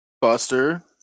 Buster